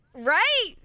Right